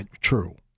true